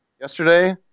yesterday